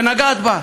ונגעת בה,